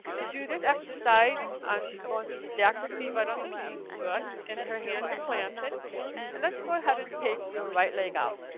to do this exercise and she's going to stack her feet right underneath. good, and her hands are planted and let's go ahead and take your right leg up.